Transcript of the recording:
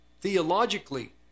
theologically